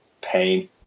pain